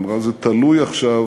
היא אמרה: זה תלוי עכשיו